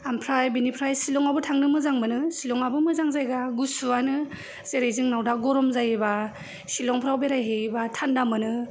ओमफ्राय बेनिफ्राइ सिलंआवबो थांनो मोजां मोनो सिलङाबो मोजां जायगा गुसुवानो जेरै जोंनाव दा गरम जायोबा सिलंफ्राव बेराय हैयोबा थान्दा मोनो